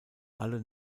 alle